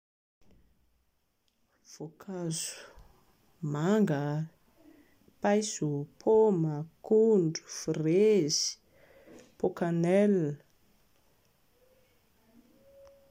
Voankazo: manga, paiso, paoma, akondro, frezy, pôkanela